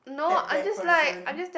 tap that person